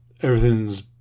everything's